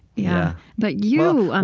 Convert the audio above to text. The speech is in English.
yeah. but you, and